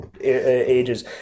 ages